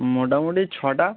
মোটামুটি ছটা